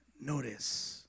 notice